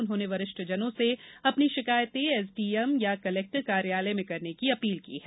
उन्होंने वरिष्ठ जनों से अपनी शिकायतें एसडीएम या कलेक्टर कार्यालय में शिकायत करने की अपील की है